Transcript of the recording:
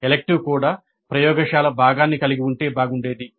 elective కూడా ప్రయోగశాల భాగాన్ని కలిగి ఉంటే బాగుండేది